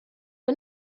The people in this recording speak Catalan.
que